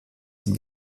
sie